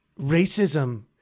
racism